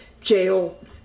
jail